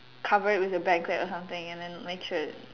cover it with your bag or something and then make sure it's